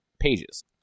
pages